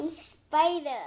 Spider